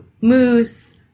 moose